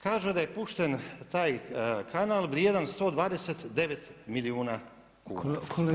Kaže da je pušten taj kanal vrijedan 129 milijuna kuna.